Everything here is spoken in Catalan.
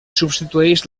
substitueix